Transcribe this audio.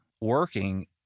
working